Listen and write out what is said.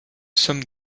somme